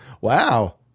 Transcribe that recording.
Wow